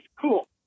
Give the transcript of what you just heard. cool